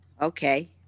Okay